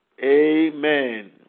Amen